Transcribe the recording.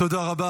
תודה רבה.